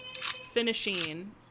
finishing